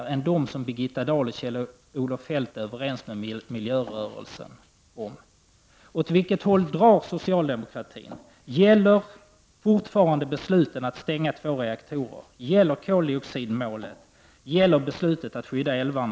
3. Är miljöministern beredd att snabbstänga Barsebäcksverken?